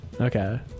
Okay